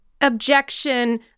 Objection